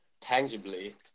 tangibly